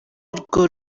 urwo